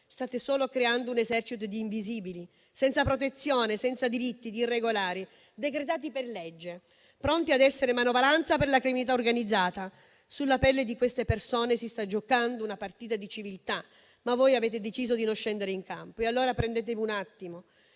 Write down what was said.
state solo creando un esercito di invisibili senza protezione e senza diritti, e di irregolari decretati per legge, pronti a essere manovalanza per la criminalità organizzata. Sulla pelle di queste persone si sta giocando una partita di civiltà, ma voi avete deciso di non scendere in campo. Insomma, prendetevi un attimo